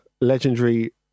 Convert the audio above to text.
legendary